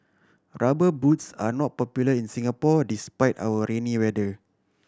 Rubber Boots are not popular in Singapore despite our rainy weather